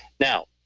now,